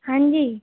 हाँ जी